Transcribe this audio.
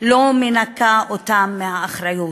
לא מנקה אותם מהאחריות,